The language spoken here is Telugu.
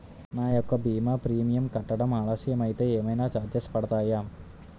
నా యెక్క భీమా ప్రీమియం కట్టడం ఆలస్యం అయితే ఏమైనా చార్జెస్ పడతాయా?